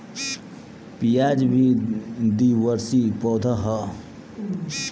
प्याज भी द्विवर्षी पौधा हअ